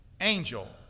angel